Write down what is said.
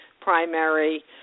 primary